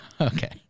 Okay